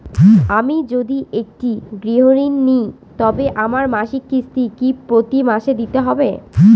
আমি যদি একটি গৃহঋণ নিই তবে আমার মাসিক কিস্তি কি প্রতি মাসে দিতে হবে?